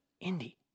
Indy